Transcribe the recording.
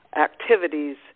activities